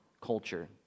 culture